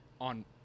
on